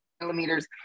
millimeters